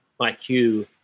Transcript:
IQ